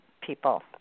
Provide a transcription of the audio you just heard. people